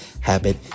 habit